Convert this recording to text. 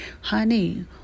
honey